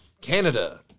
Canada